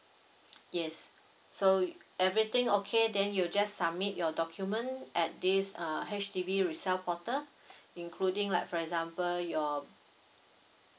yes so everything okay then you just submit your document at this uh H_D_B resell portal including like for example your